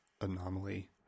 anomaly